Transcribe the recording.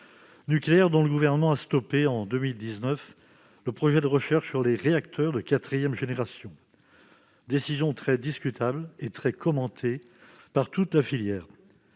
nucléaire. Le Gouvernement a arrêté, en 2019, le projet de recherche sur les réacteurs de quatrième génération, décision très discutable et très commentée par toute la filière.